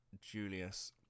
julius